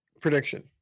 Prediction